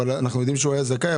אנחנו יודעים שהוא היה זכאי,